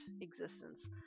existence